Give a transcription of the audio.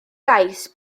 gais